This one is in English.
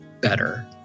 better